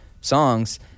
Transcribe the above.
songs